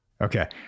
Okay